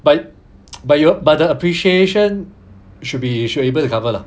but but your but the appreciation should be should able to cover lah